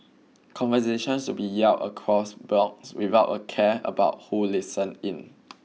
conversations would be yelled across blocks without a care about who listened in